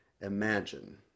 Imagine